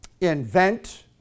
invent